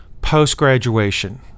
Post-graduation